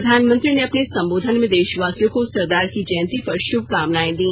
प्रधानमंत्री ने अपने संबोधन में देशवासियों को सरदार की जयंती पर शुभकामनाएं दी